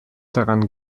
daran